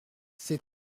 ces